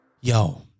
Yo